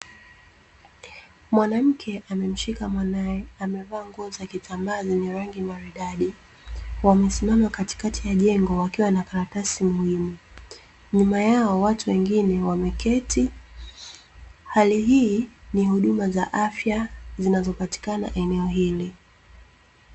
Mwanamke amemshika mwanae amevaa nguo za kitambaa zenye rangi maridadi wamesimama katikati ya jengo wakiwa na karatasi muhimu, nyuma yao watu wengine wameketi hali hii nihuduma za afya zinazopatikana eneo hili.